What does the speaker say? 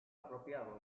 apropiado